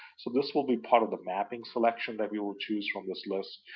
so this will be part of the mapping selection that we will choose from this list.